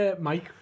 mike